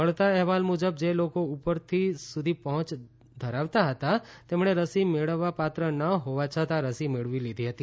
મળતાં અહેવાલ મુજબ જે લોકો ઉપરથી સુધી પહોંચ ધરાવતાં હતા તેમણે રસી મેળવવા પાત્ર ન હોવા છતાં રસી મેળવી લીધી હતી